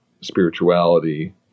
spirituality